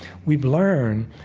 we've learned,